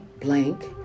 blank